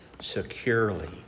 securely